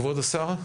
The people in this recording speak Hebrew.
כבוד השר?